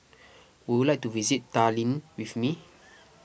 would you like to visit Tallinn with me